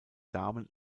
damen